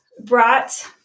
brought